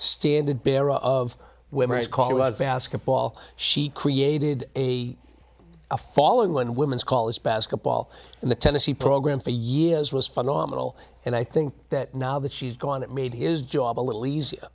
standard bearer of women of color was asked ball she created a a following when women's college basketball in the tennessee program for years was phenomenal and i think that now that she's gone it made his job a little easier